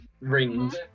rings